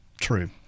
True